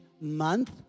Month